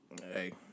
Hey